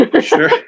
Sure